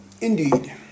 Indeed